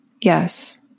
Yes